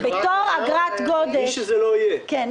מי שזה לא יהיה.